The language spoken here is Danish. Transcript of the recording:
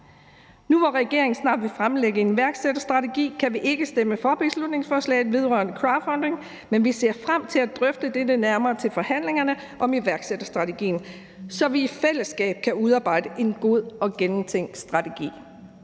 Nu, hvor regeringen snart vil fremlægge en iværksætterstrategi, kan vi ikke stemme for beslutningsforslaget vedrørende crowdfunding, men vi ser frem til at drøfte dette nærmere til forhandlingerne om iværksætterstrategien, så vi i fællesskab kan udarbejde en god og gennemtænkt strategi.